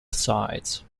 sides